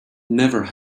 never